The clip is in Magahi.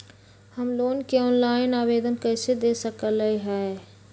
हम लोन के ऑनलाइन आवेदन कईसे दे सकलई ह?